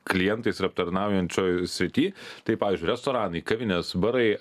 klientais ir aptarnaujančioj srity tai pavyzdžiui restoranai kavinės barai